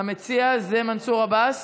המציע הוא מנסור עבאס.